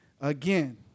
Again